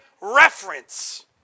reference